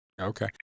Okay